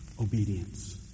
obedience